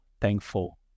thankful